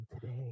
today